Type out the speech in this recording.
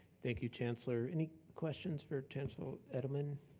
thank you, chancellor. any question for chancellor edelman?